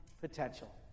potential